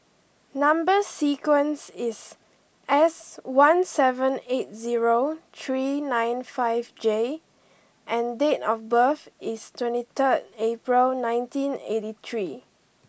number sequence is S one seven eight zero three nine five J and date of birth is twenty third April nineteen eighty three